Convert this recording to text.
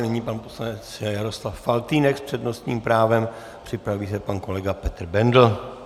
Nyní pan poslanec Jaroslav Faltýnek s přednostním právem, připraví se pan kolega Petr Bendl.